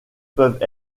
peuvent